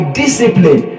discipline